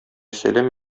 сәлам